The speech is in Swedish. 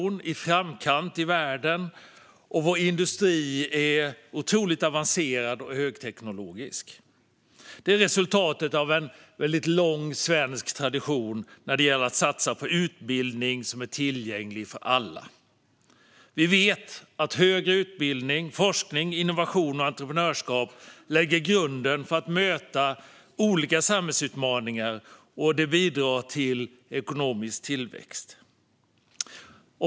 Den är i framkant i världen, och vår industri är mycket avancerad och högteknologisk. Detta är resultatet av en lång svensk tradition av att satsa på utbildning tillgänglig för alla. Vi vet att högre utbildning, forskning, innovation och entreprenörskap lägger grunden för att möta olika samhällsutmaningar, och det bidrar till ekonomisk tillväxt.